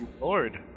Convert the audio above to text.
lord